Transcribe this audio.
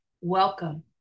Welcome